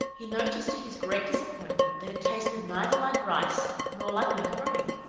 he noticed to his great disappointment that it tasted neither like rice nor like macaroni.